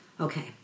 Okay